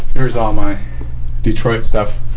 here's all my detroit stuff,